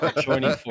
Joining